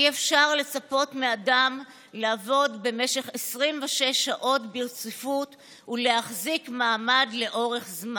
אי-אפשר לצפות מאדם לעבוד במשך 26 שעות ברציפות ולהחזיק מעמד לאורך זמן.